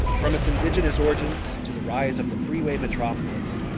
from its indigenous origins to the rise of the freeway metropolis,